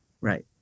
Right